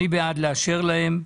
אני בעד לאשר להם.